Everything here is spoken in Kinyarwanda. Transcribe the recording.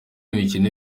imikino